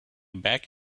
back